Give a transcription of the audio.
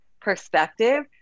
perspective